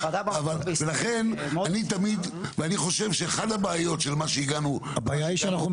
ואני חושב שאחת הבעיות שבגללן הגענו עד